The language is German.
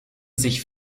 sich